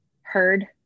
heard